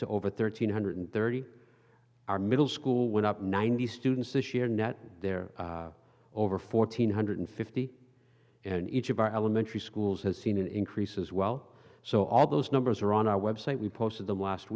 to over thirteen hundred thirty our middle school went up ninety students this year net there over fourteen hundred fifty and each of our elementary schools has seen an increase as well so all those numbers are on our website we posted the last